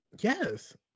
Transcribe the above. Yes